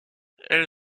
elle